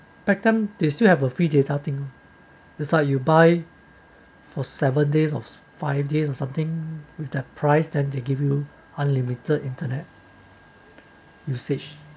back then they still have a free data thing the side you buy for seven days or five days or something with their price then they give you unlimited internet usage